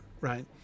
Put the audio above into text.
Right